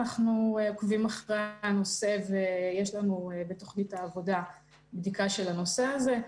אנחנו עוקבים אחרי הנושא ויש לנו בתוכנית העבודה בדיקה של הנושא הזה.